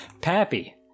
Pappy